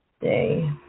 day